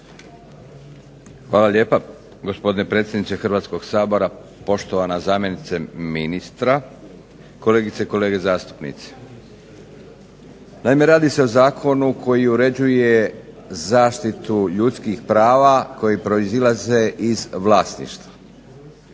Hvala lijepa gospodine predsjedniče Hrvatskog sabora, poštovana gospođo zamjenice ministra, kolegice i kolege zastupnici. naime, radi se o Zakonu koji uređuje zaštitu ljudskih prava koji proizlaze iz vlasništva.